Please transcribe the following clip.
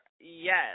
Yes